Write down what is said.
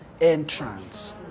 entrance